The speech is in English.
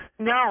No